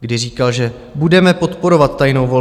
kdy říkal, že budeme podporovat tajnou volbu.